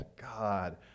God